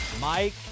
Mike